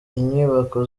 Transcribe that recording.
inyubako